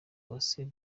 uwase